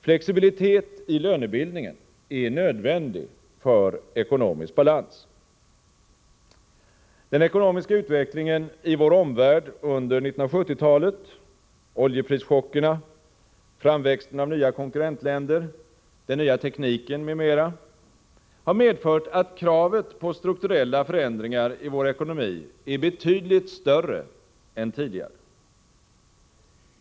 Flexibilitet i lönebildningen är nödvändig för ekonomisk balans. Den ekonomiska utvecklingen i vår omvärld under 1970-talet — oljeprischockerna, framväxten av nya konkurrentländer, den nya tekniken m.m. — har medfört att kravet på strukturella förändringar i vår ekonomi är betydligt större än tidigare.